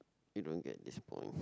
you don't get this point